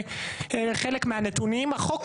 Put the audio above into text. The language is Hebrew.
החוק,